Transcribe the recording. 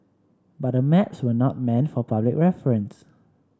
but the maps were not meant for public reference